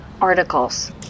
Articles